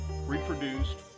reproduced